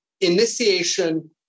initiation